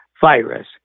virus